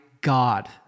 god